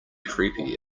creepy